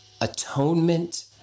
atonement